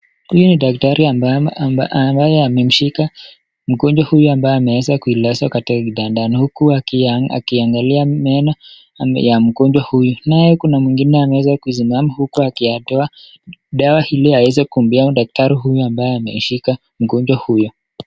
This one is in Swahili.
Huyu ni daktari ambaye amemshika mgonjwa huyu ambaye ameweza kuulazwa katika kitandani, huku akiangalia meno ya mgonjwa huyu, naye kuna mwingine amesimama pale akitowa dawa ili aweze kumbea daktari ambaye anamshika mgonjwa huyu.